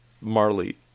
Marley